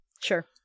Sure